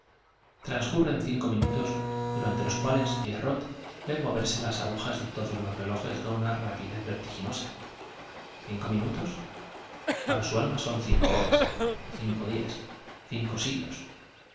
transcurren cinco minutos durante los cuales pie rrot ve moverse las agujas de todos los relojes con una rapidez vertiginosa cinco minutos para su alma son cinco horas cinco días cinco siglos